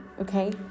okay